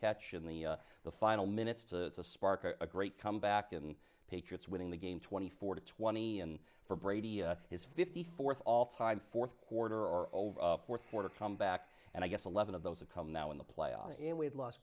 catch in the the final minutes to spark a great comeback in patriots winning the game twenty four twenty and for brady his fifty fourth all time fourth quarter are over fourth quarter comeback and i guess eleven of those have come now in the playoffs and we've lost